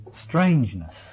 strangeness